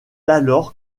alors